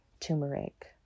Turmeric